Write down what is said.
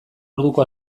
orduko